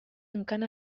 encant